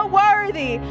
worthy